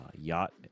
yacht